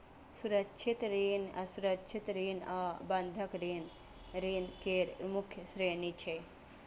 सुरक्षित ऋण, असुरक्षित ऋण आ बंधक ऋण ऋण केर मुख्य श्रेणी छियै